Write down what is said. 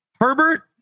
Herbert